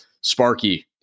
Sparky